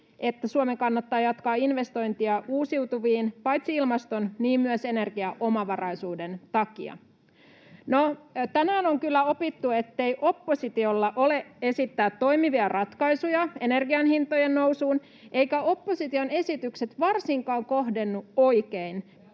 että Suomen kannattaa jatkaa investointia uusiutuviin, paitsi ilmaston, niin myös energiaomavaraisuuden takia. No, tänään on kyllä opittu, ettei oppositiolla ole esittää toimivia ratkaisuja energian hintojen nousuun eivätkä opposition esitykset varsinkaan kohdennu oikein